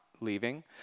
leaving